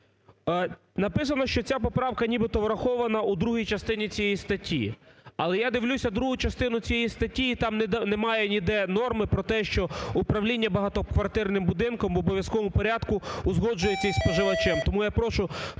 Написано, що ця поправка нібито врахована у другій частині цієї статті. Але я дивлюся другу частину цієї статті, і там немає ніде норми про те, що управління багатоквартирним будинком в обов'язковому порядку узгоджується із споживачем. Тому я прошу